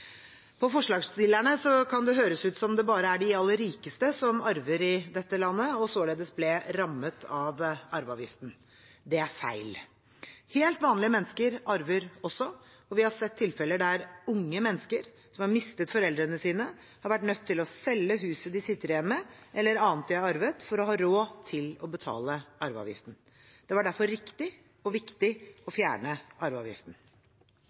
På forslagsstillerne kan det høres ut som det bare er de aller rikeste som arver i dette landet, og som således ble rammet av arveavgiften. Det er feil. Helt vanlige mennesker arver også, og vi har sett tilfeller der unge mennesker som har mistet foreldrene sine, har vært nødt til å selge huset de sitter igjen med, eller annet de har arvet, for å ha råd til å betale arveavgiften. Det var derfor riktig og viktig å fjerne arveavgiften.